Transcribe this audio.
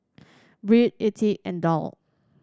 Byrd Ettie and Daryl